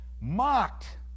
mocked